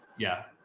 yeah.